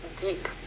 deep